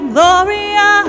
Gloria